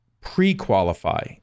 pre-qualify